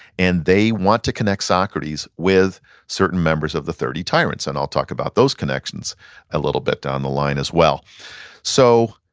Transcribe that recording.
and they want to connect socrates with certain members of the thirty tyrants and i'll talk about those connections a little bit down the line as well so,